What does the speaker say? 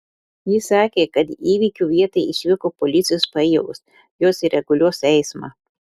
ji sakė kad į įvykio vietą išvyko policijos pajėgos jos reguliuos eismą